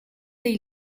dei